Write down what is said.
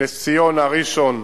נס-ציונה, ראשון,